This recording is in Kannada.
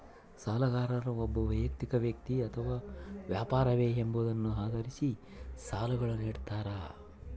ಸಾಲಗಾರರು ಒಬ್ಬ ವೈಯಕ್ತಿಕ ವ್ಯಕ್ತಿ ಅಥವಾ ವ್ಯಾಪಾರವೇ ಎಂಬುದನ್ನು ಆಧರಿಸಿ ಸಾಲಗಳನ್ನುನಿಡ್ತಾರ